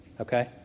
Okay